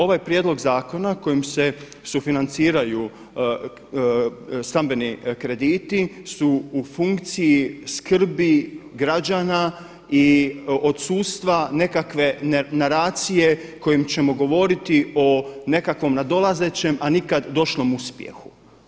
Ovaj prijedlog zakona kojim se sufinanciraju stambeni krediti su u funkciji skrbi građana i odsustva nekakve naracije kojim ćemo govoriti o nekakvom nadolazećem a nikad došlom uspjehu.